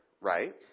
right